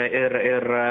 ir ir